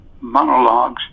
monologues